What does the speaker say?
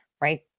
right